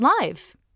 live